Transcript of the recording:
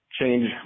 change